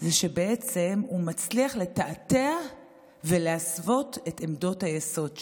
שבעצם הוא מצליח לתעתע ולהסוות את עמדות היסוד שלו.